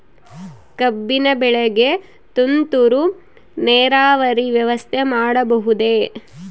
ಕಬ್ಬಿನ ಬೆಳೆಗೆ ತುಂತುರು ನೇರಾವರಿ ವ್ಯವಸ್ಥೆ ಮಾಡಬಹುದೇ?